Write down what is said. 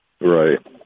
Right